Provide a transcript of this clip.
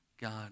God